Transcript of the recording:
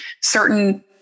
certain